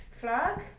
flag